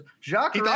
Jacques